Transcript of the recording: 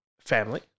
family